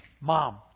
mom